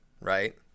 right